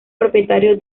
propietario